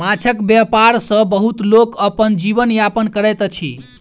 माँछक व्यापार सॅ बहुत लोक अपन जीवन यापन करैत अछि